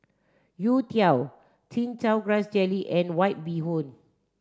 Youtiao chin chow grass jelly and white bee hoon